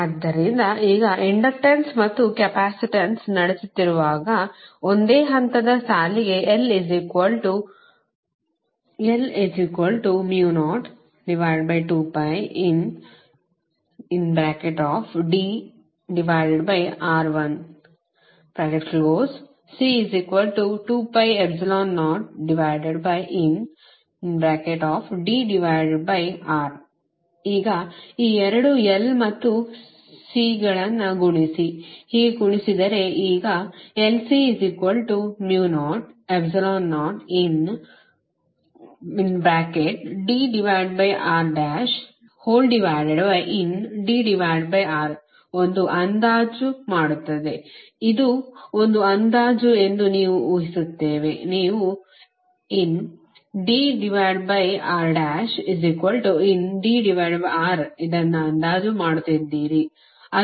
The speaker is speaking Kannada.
ಆದ್ದರಿಂದ ಈಗ ಇಂಡಕ್ಟನ್ಸ್ ಮತ್ತು ಕೆಪಾಸಿಟನ್ಸ್ ನಡೆಸುತ್ತಿರುವಾಗ ಒಂದೇ ಹಂತದ ಸಾಲಿಗೆ ಈಗ ಈ ಎರಡು L ಮತ್ತು C ಗಳನ್ನು ಗುಣಿಸಿ ಹೀಗೆ ಗುಣಿಸಿದರೆ ಈಗ ಒಂದು ಅಂದಾಜು ಮಾಡುತ್ತದೆ ಇದು ಒಂದು ಅಂದಾಜು ಎಂದು ನೀವು ಊಹಿಸುತ್ತೇವೆ ನೀವು ಇದನ್ನು ಅಂದಾಜು ಮಾಡುತ್ತಿದ್ದೀರಿ